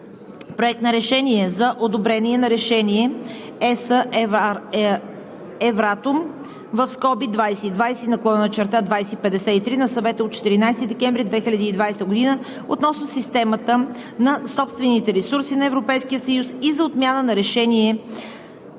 Проект на решение за одобряване на Решение (ЕС, Евратом) 2020/2053 на Съвета от 14 декември 2020 г. относно системата на собствените ресурси на Европейския съюз и за отмяна на Решение